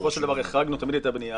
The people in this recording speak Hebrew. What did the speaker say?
בסופו של דבר החרגנו ותמיד הייתה בנייה.